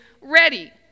ready